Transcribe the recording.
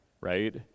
right